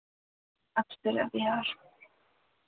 अब तो लग यार